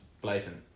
blatant